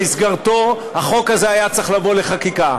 שבמסגרתו החוק הזה היה צריך לבוא לחקיקה,